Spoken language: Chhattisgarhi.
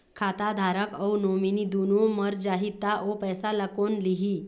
खाता धारक अऊ नोमिनि दुनों मर जाही ता ओ पैसा ला कोन लिही?